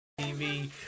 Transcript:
TV